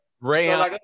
Rayon